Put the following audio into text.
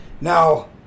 Now